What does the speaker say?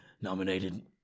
Nominated